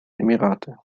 emirate